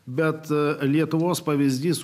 bet lietuvos pavyzdys